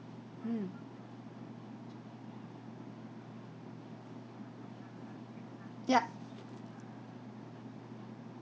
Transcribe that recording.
mm ya